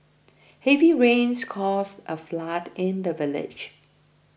heavy rains caused a flood in the village